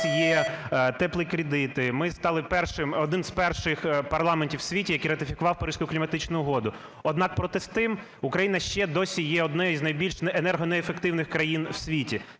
є "теплі" кредити. Ми стали першим, один з перших парламентів в світі, який ратифікував Паризьку кліматичну угоду. Однак, проте з тим, Україна ще досі є однією з найбільш енергонеефективних країн в світі.